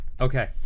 Okay